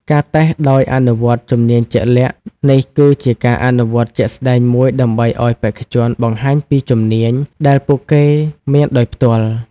ការតេស្តដោយអនុវត្តជំនាញជាក់លាក់ នេះគឺជាការអនុវត្តជាក់ស្ដែងមួយដើម្បីឲ្យបេក្ខជនបង្ហាញពីជំនាញដែលពួកគេមានដោយផ្ទាល់។